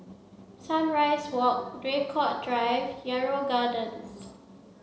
sunrise Walk Draycott Drive Yarrow Gardens